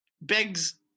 begs